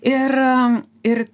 ir ir